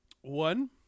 One